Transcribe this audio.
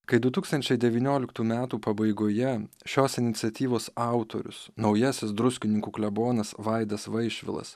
kai du tūkstančiai devynioliktų metų pabaigoje šios iniciatyvos autorius naujasis druskininkų klebonas vaidas vaišvilas